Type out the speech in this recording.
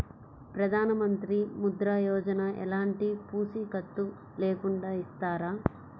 ప్రధానమంత్రి ముద్ర యోజన ఎలాంటి పూసికత్తు లేకుండా ఇస్తారా?